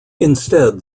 instead